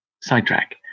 Sidetrack